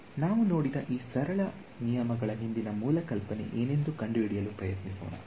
ನಾವು ನೋಡಿದ ಈ ಸರಳ ನಿಯಮಗಳ ಹಿಂದಿನ ಮೂಲ ಕಲ್ಪನೆ ಏನೆಂದು ಕಂಡುಹಿಡಿಯಲು ಪ್ರಯತ್ನಿಸೋಣ